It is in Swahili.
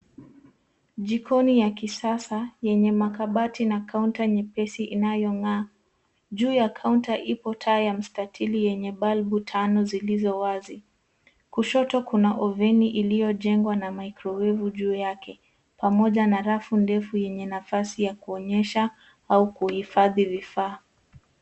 Jikoni ya kisasa yenye makabati na kaunta nyepesi inayong'aa. Juu ya kaunta ipo taa ya mstatili yenye balbu tano zilizo wazi. Kushoto kuna oveni iliyojengwa na maikrowevu juu yake pamoja na rafu ndefu yenye nafasi ya kuonyesha au kuhifadhi vifaa.